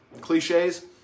cliches